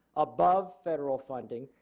above federal funding.